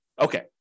Okay